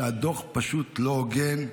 שבהם הדוח פשוט לא הוגן.